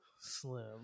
Slim